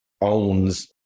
owns